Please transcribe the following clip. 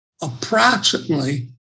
approximately